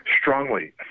strongly